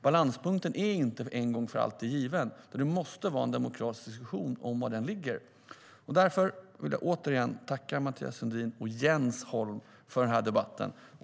Balanspunkten är inte en gång för alltid given, och vi måste ha en demokratisk diskussion om var den ligger. Därför vill jag återigen tacka Mathias Sundin och Jens Holm för debatten.